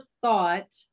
thought